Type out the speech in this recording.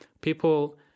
People